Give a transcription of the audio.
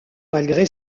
malgré